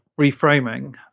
reframing